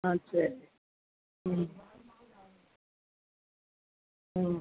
ஆ சரி ம் ம்